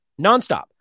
nonstop